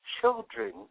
children